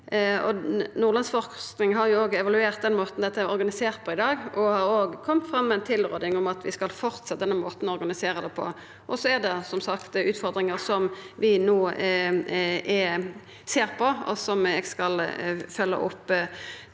Nordlandsforskning har òg evaluert måten dette er organisert på i dag, og har kome med ei tilråding om at vi skal fortsetja denne måten å organisera det på. Det er som sagt utfordringar vi no ser på, og som eg skal følgja opp.